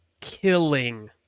killing